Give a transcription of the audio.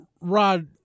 Rod